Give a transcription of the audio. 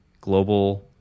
global